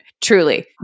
Truly